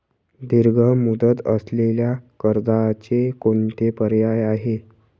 दीर्घ मुदत असलेल्या कर्जाचे कोणते पर्याय आहे?